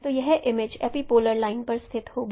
तो यह image epipolar line पर स्थित होगी